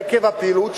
עקב הפעילות,